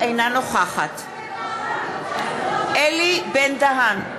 אינה נוכחת אלי בן-דהן,